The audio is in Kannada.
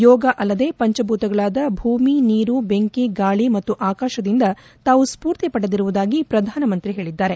ಯೋಗ ಅಲ್ಲದೆ ಪಂಚಭೂತಗಳಾದ ಭೂಮಿ ನೀರು ಬೆಂಕಿ ಗಾಳಿ ಮತ್ತು ಆಕಾಶದಿಂದ ತಾವು ಸ್ವೂರ್ತಿ ಪಡೆದಿರುವುದಾಗಿ ಶ್ರಧಾನಮಂತ್ರಿ ಹೇಳಿದ್ದಾರೆ